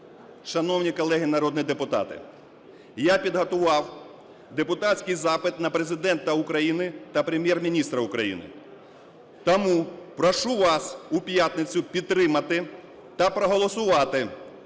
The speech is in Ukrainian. Шановні колеги народні депутати, я підготував депутатський запит на Президента України та Прем'єр-міністра України. Тому прошу вас у п'ятницю підтримати та проголосувати,